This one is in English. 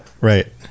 Right